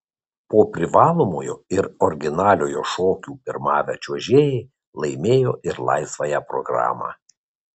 po privalomojo ir originaliojo šokių pirmavę čiuožėjai laimėjo ir laisvąją programą